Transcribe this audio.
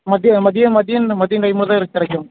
மதியம் மதியம் மதியம் மதியம் டைமில் தான் இது கிடைக்கும்